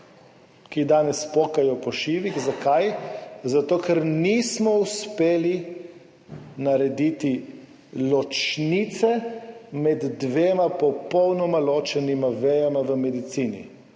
ki danes pokajo po šivih – zakaj? Zato ker nismo uspeli narediti ločnice med dvema popolnoma ločenima vejama v medicini,